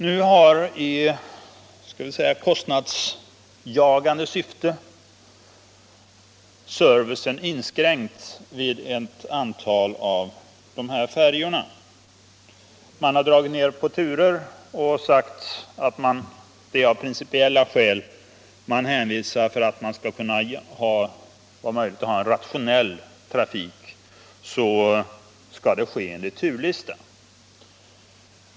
Nu har i kostnadsjagande syfte servicen inskränkts vid ett antal av dessa färjor. Man har av principiella skäl dragit ner antalet turer. Man menar att en förutsättning för en rationell trafik är att denna sker enligt turlista.